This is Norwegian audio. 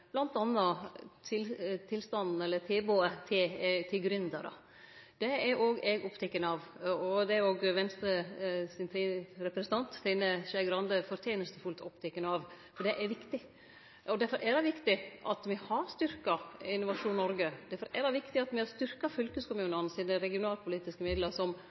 tilbodet til gründerar. Det er òg eg oppteken av, og det er òg Venstre sin representant, Trine Skei Grande, fortenestefullt oppteken av, for det er viktig. Derfor er det viktig at me har styrkt Innovasjon Norge, og derfor er det viktig at me har styrkt fylkeskommunane sine regionalpolitiske middel, som